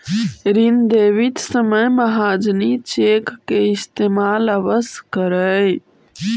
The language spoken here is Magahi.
ऋण देवित समय महाजनी चेक के इस्तेमाल अवश्य करऽ